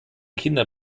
kinder